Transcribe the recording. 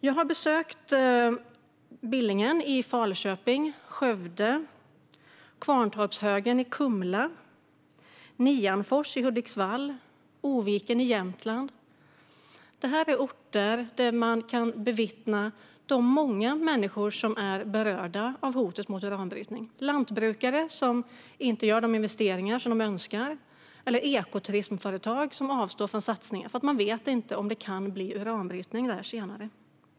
Jag har besökt Billingen i Falköping, Skövde, Kvarntorpshögen i Kumla, Nianfors i Hudiksvall och Oviken i Jämtland. På dessa orter kan man möta de många människor som är berörda av hotet om uranbrytning. Lantbrukare gör inte de investeringar som de önskar och det finns ekoturismföretag som avstår från satsningar, därför att man inte vet om det senare kan bli uranbrytning.